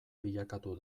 bilakatu